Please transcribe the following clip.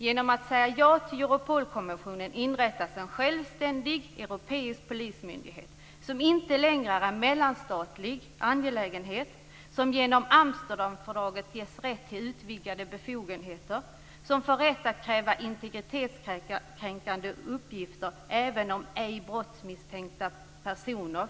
Genom att säga ja till Europolkonventionen inrättas en självständig europeisk polismyndighet som inte längre är en mellanstatlig angelägenhet, som genom Amsterdamfördraget ges rätt till utvidgade befogenheter, som får rätt att kräva integritetskränkande uppgifter för registrering även av ej brottsmisstänkta personer.